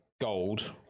gold